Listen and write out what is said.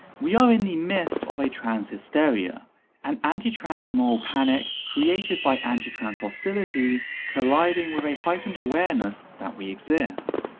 we are in the midst of a trans hysteria an anti-trans moral panic created by anti-trans hostility colliding with a heightened awareness that we exist.